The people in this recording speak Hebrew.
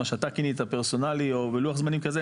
מה שאתה כינית פרסונלי ולוח זמנים כזה,